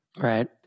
Right